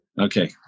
Okay